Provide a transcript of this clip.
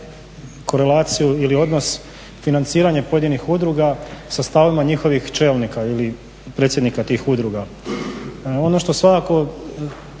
korelaciju ili odnos financiranje pojedinih udruga sa stavovima njihovih čelnika ili predsjednika tih udruga. Ono što svakako,